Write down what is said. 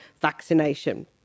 vaccination